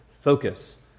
focus